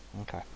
Okay